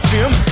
Jim